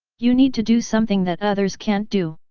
you need to do something that others can't do!